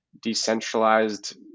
decentralized